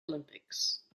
olympics